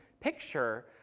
picture